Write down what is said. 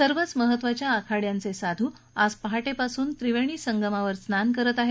सर्वच महत्त्वाच्या आखाड्यांचे साधू आज पहाटेपासून त्रिवेणी संगमावर स्नान करत आहेत